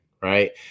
right